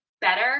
better